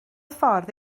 ffordd